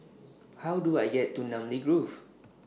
How Do I get to Namly Grove